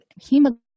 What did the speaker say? hemoglobin